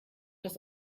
das